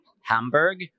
Hamburg